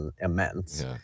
immense